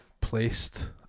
placed